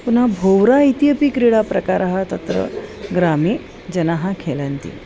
पुनः भोरा इति अपि क्रीडाप्रकारः तत्र ग्रामे जनाः खेलन्ति